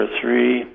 three